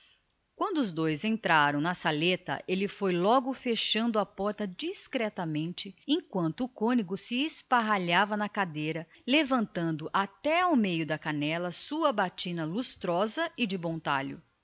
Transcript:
quando os dois entraram ele foi logo fechando a porta discretamente enquanto o outro se esparralhava na cadeira com um suspiro de cansaço levantando até ao meio da canela a sua batina lustrosa e de bom talho